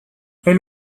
elle